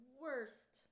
worst